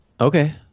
Okay